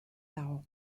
dago